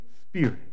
spirit